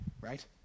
right